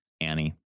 Annie